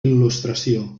il·lustració